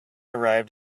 arrived